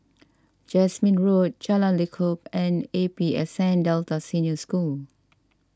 Jasmine Road Jalan Lekub and A P S N Delta Senior School